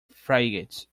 frigates